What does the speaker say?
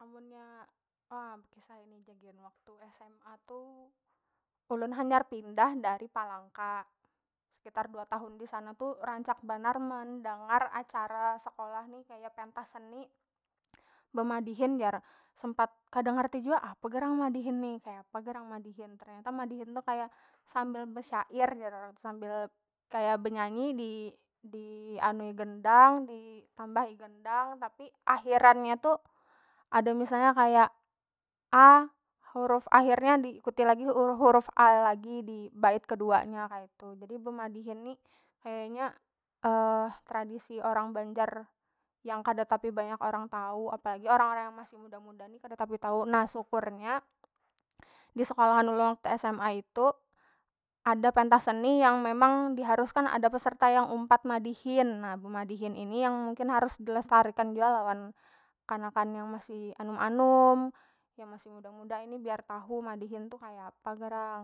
Amunnya bekisah ini ja gin waktu sma tu ulun hanyar pindah dari palangka sekitar dua tahun disana tu rancak banar mendangar acara sekolah ni pentas seni bemadihin jar sempat kada ngerti jua apa gerang madihin ni kaya apa gerang madihin ternyata madihin tu kaya sambil besyair jar orang tu sambil kaya benyanyi di- dianui gendang ditambahi gendang tapi akhiran nya tu ada misalnya kaya a huruf akhirnya di ikuti lagi huruf a lagi dibait keduanya kaitu jadi bemadihin ni kayanya tradisi orang banjar yang kada tapi banyak orang tau apalagi orang- orang yang masih muda- muda ni kada tapi tau na syukurnya disekolahan ulun waktu sma itu ada pentas seni yang memang diharuskan ada peserta yang umpat madihin na bemadihin ini yang mungkin harus dilestarikan jua lawan kanakan yang masih anum- anum yang masih muda- muda ini biar tahu madihin tu kaya apa gerang